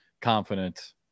confident